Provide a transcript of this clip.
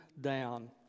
down